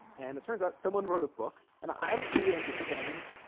and it turns out someone wrote a book and i don't really understand